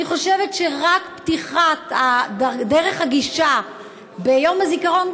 אני חושבת שפתיחת דרך הגישה רק ביום הזיכרון,